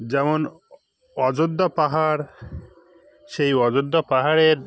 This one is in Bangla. যেমন অযোধ্যা পাহাড় সেই অযোধ্যা পাহাড়ের